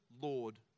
Lord